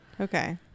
Okay